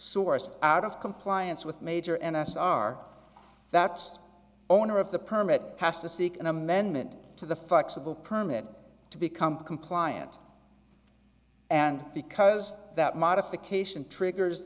source out of compliance with major n s r that's owner of the permit has to seek an amendment to the facts of the permit to become compliant and because that modification triggers